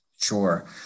Sure